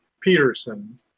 Peterson